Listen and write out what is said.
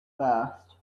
fast